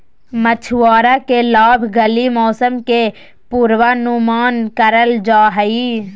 मछुआरा के लाभ लगी मौसम के पूर्वानुमान करल जा हइ